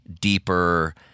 deeper